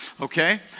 okay